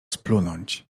splunąć